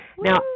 Now